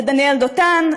לדניאל דותן,